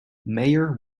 mayer